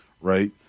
right